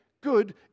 good